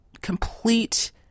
complete